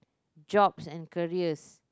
jobs and careers